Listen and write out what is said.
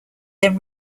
then